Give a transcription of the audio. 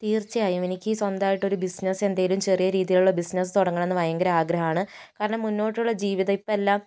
തീച്ചയായും എനിക്ക് സ്വന്തമായിട്ട് ഒരു ബിസിനസ് എന്തെങ്കിലും ചെറിയ രീതിയിലുള്ള ബിസിനസ് തുടങ്ങണം എന്ന് ഭയങ്കര ആഗ്രഹമാണ് കാരണം മുന്നോട്ടുള്ള ജീവിതം ഇപ്പോൾ എല്ലാം